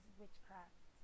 witchcraft